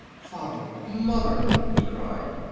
father! mother! he cried.